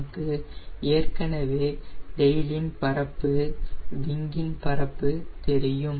நமக்கு ஏற்கனவே டெயிலின் பரப்பு விங்கின் பரப்பு தெரியும்